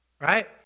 right